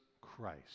Christ